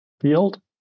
field